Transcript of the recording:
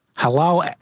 Hello